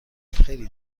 خیلی